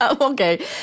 Okay